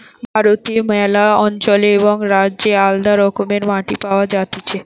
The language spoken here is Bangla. ভারতে ম্যালা অঞ্চলে এবং রাজ্যে আলদা রকমের মাটি পাওয়া যাতিছে